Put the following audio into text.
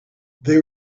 they